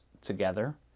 together